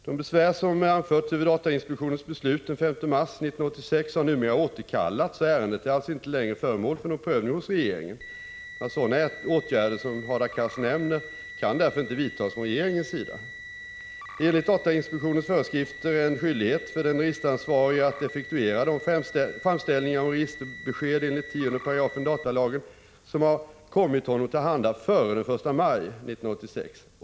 De besvär som anförts över datainspektionens beslut den 5 mars 1986 har numera återkallats, och ärendet är alltså inte längre föremål för någon prövning hos regeringen. Några sådana åtgärder som Hadar Cars nämner kan därför inte vidtas från regeringens sida. Det är enligt datainspektionens föreskrifter en skyldighet för den registeransvarige att effektuera de framställningar om registerbesked enligt 10 § datalagen som har kommit honom till handa före den 1 maj 1986.